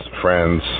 friends